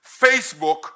Facebook